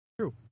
True